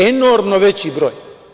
Enormno veći broj.